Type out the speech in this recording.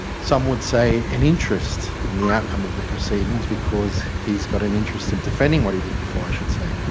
some would say, an interest in the outcome of the proceedings because he's got an interest in defending what he did before, i should say.